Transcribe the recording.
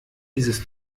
dieses